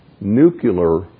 Nuclear